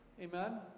Amen